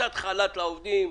קצת חל"ת לעובדים,